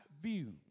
view